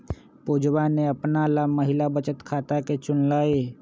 पुजवा ने अपना ला महिला बचत खाता के चुन लय